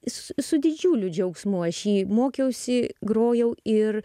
su su didžiuliu džiaugsmu aš jį mokiausi grojau ir